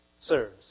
serves